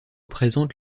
présente